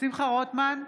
שמחה רוטמן,